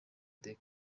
the